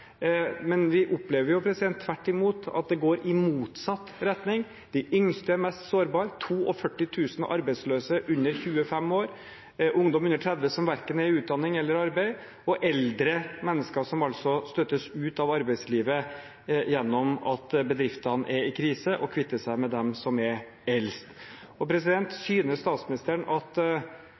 Men vi opplever tvert imot at det går i motsatt retning – de yngste er mest sårbare, det er 42 000 arbeidsløse under 25 år, det er ungdom under 30 som verken er i utdanning eller i arbeid, og det er eldre mennesker som støtes ut av arbeidslivet gjennom at bedriftene er i krise og kvitter seg med dem som er eldst. Synes statsministeren at